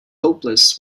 hopeless